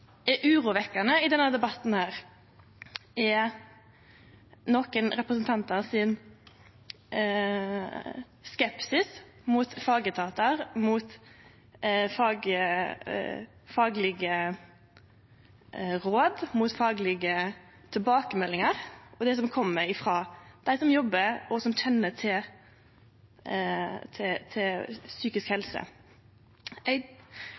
er urovekkjande i denne debatten, er nokre representantar sin skepsis mot fagetatar, mot faglege råd, mot faglege tilbakemeldingar og det som kjem frå dei som jobbar med og kjenner til psykisk helse. Eg har lyst til